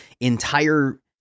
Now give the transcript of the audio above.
entire